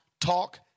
talk